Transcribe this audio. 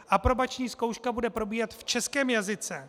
Aprobační zkouška bude probíhat v českém jazyce.